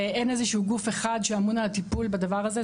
אין איזשהו גוף אחד שאמון על הטיפול בדבר הזה,